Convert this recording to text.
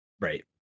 right